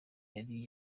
yari